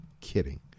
kidding